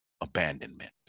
abandonment